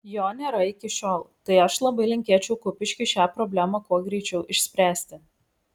jo nėra iki šiol tai aš labai linkėčiau kupiškiui šią problemą kuo greičiau išspręsti